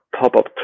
pop-up